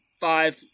five